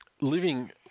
living